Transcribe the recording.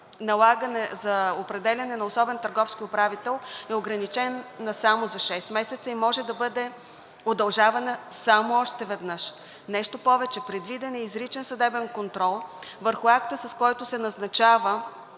за определяне на особен търговски управител е ограничена само за шест месеца и може да бъде удължавана само още веднъж. Нещо повече, предвиден е изричен съдебен контрол върху акта, с който се назначава